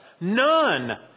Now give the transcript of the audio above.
None